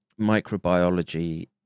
microbiology